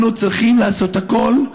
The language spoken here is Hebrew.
אנחנו צריכים לעשות הכול,